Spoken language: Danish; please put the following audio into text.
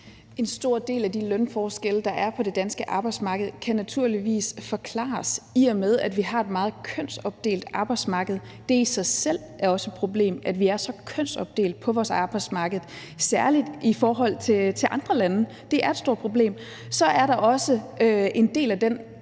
En stor del af de lønforskelle, der er på det danske arbejdsmarked, kan naturligvis forklares, i og med at vi har et meget kønsopdelt arbejdsmarked. Det er i sig selv også et problem, at vi er så kønsopdelt på vores arbejdsmarked, særlig i forhold til andre lande. Det er et stort problem. Så er der også en del af den